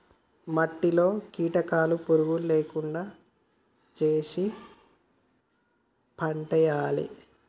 మట్టిలో కీటకాలు పురుగులు లేకుండా చేశి పంటేయాలే